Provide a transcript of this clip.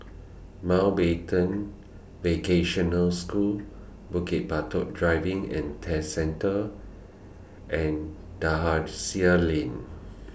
Mountbatten Vocational School Bukit Batok Driving and Test Centre and Dalhousie Lane